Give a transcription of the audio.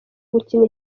gukina